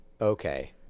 Okay